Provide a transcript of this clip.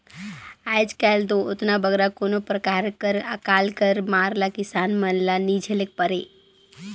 आएज काएल दो ओतना बगरा कोनो परकार कर अकाल कर मार ल किसान मन ल नी झेलेक परे